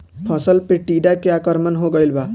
फसल पे टीडा के आक्रमण हो गइल बा?